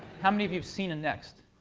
how many of you have seen a next?